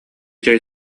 чэй